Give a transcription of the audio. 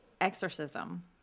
exorcism